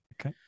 Okay